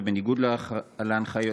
ובניגוד להנחיות,